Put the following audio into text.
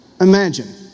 Imagine